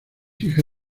hija